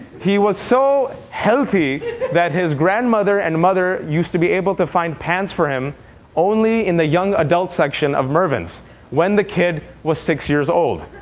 he was so healthy that his grandmother and mother used to be able to find pants for him only in the young adult section of mervyn's when the kid was six years old.